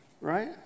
right